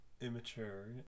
immature